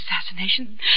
assassination